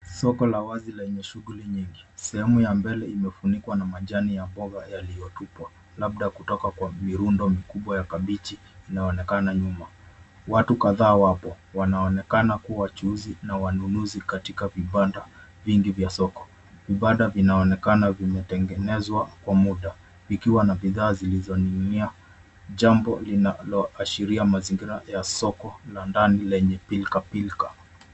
Soko la wazi lenye shughuli nyingi. Sehemu ya mbele imefunikwa na majani ya mboga yaliyotupwa, labda kutoka kwa mirundo mikubwa ya kabichi inaonekana nyuma. Watu kadhaa wapo. Wanaonekana kuwa wachuuzi na wanunuzi katika vibanda vingi vya soko. Vibanda vinaonekana vimetengenezwa kwa muda, vikiwa na bidhaa zilizoning'inia, jambo linaloashiria mazingira ya soko la ndani lenye pilkapilka.